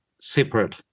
separate